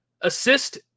Assist